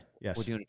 Yes